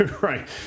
Right